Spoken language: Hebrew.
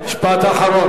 אדוני, משפט אחרון.